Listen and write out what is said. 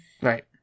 Right